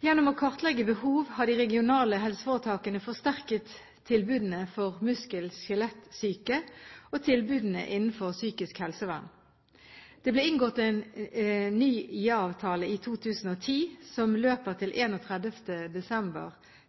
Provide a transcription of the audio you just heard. Gjennom å kartlegge behov har de regionale helseforetakene forsterket tilbudene for muskel-skjelettsyke og tilbudene innenfor psykisk helsevern. Det ble inngått ny IA-avtale i 2010, som løper til 31. desember